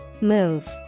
Move